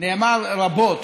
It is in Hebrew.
נאמר רבות